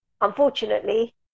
unfortunately